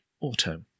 Auto